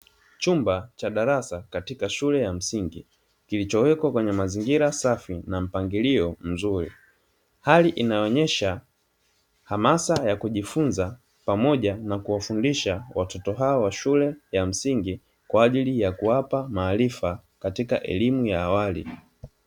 Chumba cha darasa katika shule ya msingi kilichowekwa kwenye mazingira safi na mpangilio mzuri, hali inayoonyesha hamasa ya kujifunza pamoja na kuwafundisha watoto hawa wa shule ya msingi, kwa ajili ya kuwapa maarifa katika elimu ya awali.